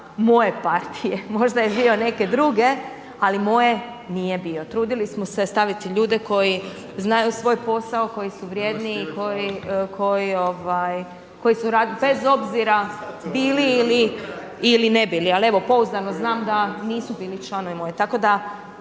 moje partije, možda je bio neke druge ali moje nije bio. Trudili smo se staviti ljude koji znaju svoj posao, koji su vrijedni i koji su radili, bez obzira bili ili ne bili. Ali evo pouzdano znam da nisu bili članovi moje.